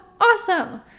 awesome